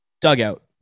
DUGOUT